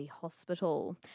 Hospital